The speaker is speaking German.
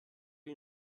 wie